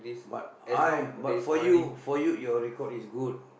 but I but for you for you your record is good